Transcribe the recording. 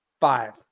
five